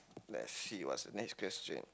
let us see what is the next question